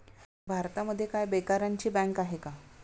भारतामध्ये काय बेकारांची बँक आहे का?